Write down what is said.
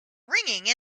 ringing